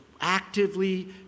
actively